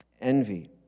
envy